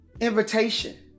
Invitation